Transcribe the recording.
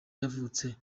yavutse